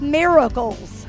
miracles